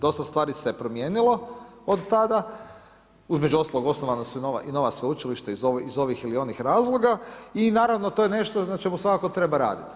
Dosta stvari se je promijenilo od tada, između ostalog osnovana su i nova sveučilišta iz ovih ili onih razloga i naravno to je nešto na čemu svakako treba raditi.